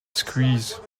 squeeze